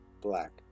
black